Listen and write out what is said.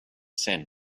sand